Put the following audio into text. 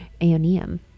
Aeonium